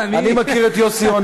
אני מכיר את יוסי יונה,